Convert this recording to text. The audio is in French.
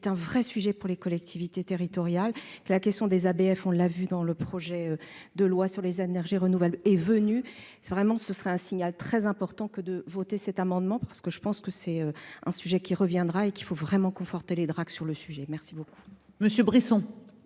un vrai sujet pour les collectivités territoriales, la question des ABF, on l'a vu dans le projet de loi sur les énergies renouvelables est venu, c'est vraiment ce serait un signal très important que de voter cet amendement. Ce que je pense que c'est un sujet qui reviendra et qu'il faut vraiment conforté les Drac sur le sujet, merci beaucoup.